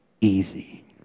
easy